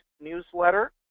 newsletter